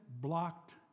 blocked